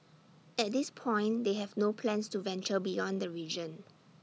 at this point they have no plans to venture beyond the region